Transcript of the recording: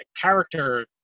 character